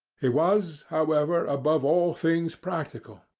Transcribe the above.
he was, however, above all things practical.